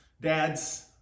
Dads